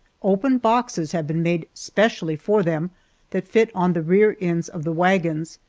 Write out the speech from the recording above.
open boxes have been made specially for them that fit on the rear ends of the wagons,